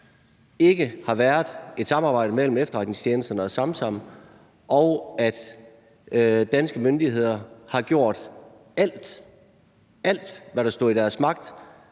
ikke har været et samarbejde mellem efterretningstjenesterne og Samsam, og at danske myndigheder har gjort alt, hvad der stod i deres magt